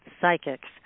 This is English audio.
Psychics